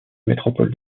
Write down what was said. métropole